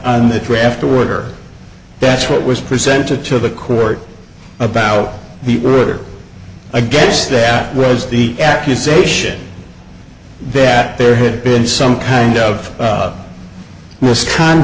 on the draft order that's what was presented to the court about the river i guess that was the accusation that there had been some kind of miscon